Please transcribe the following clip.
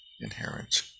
inherent